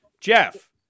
Jeff